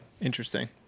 Interesting